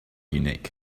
unique